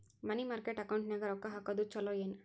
ಮನಿ market ಅಕೌಂಟಿನ್ಯಾಗ ರೊಕ್ಕ ಹಾಕುದು ಚುಲೊ ಏನು